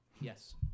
Yes